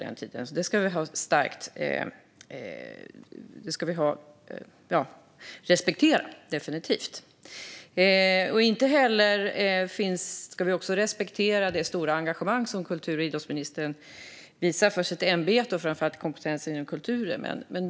Vi ska också ha respekt för det stora engagemang som kultur och idrottsministern visar för sitt ämbete och framför allt för hennes kompetens inom kulturen.